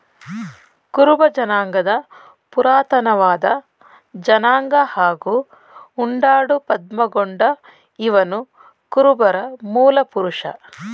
ಕುರುಬ ಜನಾಂಗ ಪುರಾತನವಾದ ಜನಾಂಗ ಹಾಗೂ ಉಂಡಾಡು ಪದ್ಮಗೊಂಡ ಇವನುಕುರುಬರ ಮೂಲಪುರುಷ